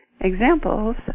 examples